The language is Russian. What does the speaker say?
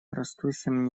растущем